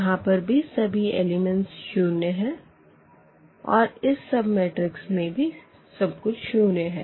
यहाँ पर भी सभी एलिमेंट्स शून्य है और इस सब मैट्रिक्स में भी सब कुछ शून्य है